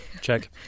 Check